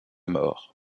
mort